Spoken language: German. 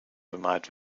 bemalt